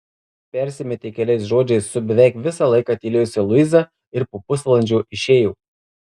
persimetė keliais žodžiais su beveik visą laiką tylėjusia luiza ir po pusvalandžio išėjo